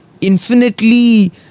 infinitely